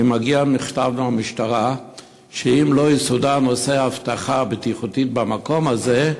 מגיע מכתב מהמשטרה שאם לא יסודר נושא האבטחה הבטיחותית במקום הזה,